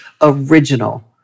original